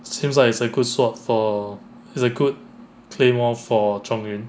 seems like it's a good swap for it's a good claymore for chong yun